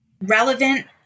relevant